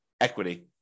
equity